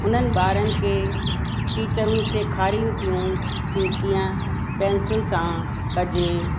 उन्हनि ॿारनि खे टीचरूं सेखारनि थियूं कि कीअं पैंसिल सां कजे